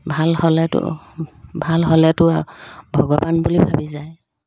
ভাল হ'লেতো ভাল হ'লেতো ভগৱান বুলি ভাবি যায়